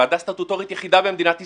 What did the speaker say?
ועדה סטטוטורית יחידה במדינת ישראל,